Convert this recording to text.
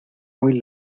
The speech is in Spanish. muy